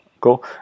cool